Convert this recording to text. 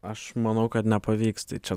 aš manau kad nepavyks tai čia